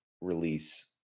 release